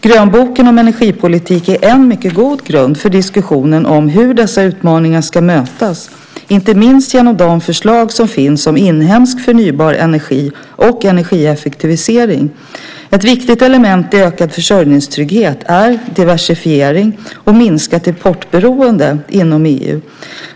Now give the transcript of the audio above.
Grönboken om energipolitik är en mycket god grund för diskussionen om hur dessa utmaningar ska mötas, inte minst genom de förslag som finns om inhemsk förnybar energi och energieffektivisering. Ett viktigt element i ökad försörjningstrygghet är diversifiering och minskat importberoende inom EU.